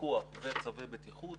פיקוח וצווי בטיחות